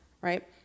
right